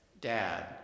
Dad